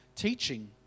teaching